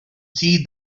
see